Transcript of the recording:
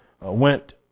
went